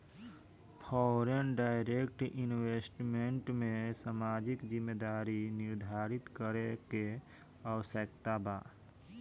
foreign direct investment में सामाजिक जिम्मेदारी निरधारित करे के आवस्यकता बा